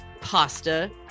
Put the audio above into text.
pasta